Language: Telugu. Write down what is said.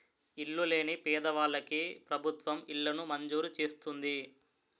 ఇల్లు లేని పేదవాళ్ళకి ప్రభుత్వం ఇళ్లను మంజూరు చేస్తుంది